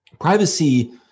Privacy